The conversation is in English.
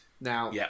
Now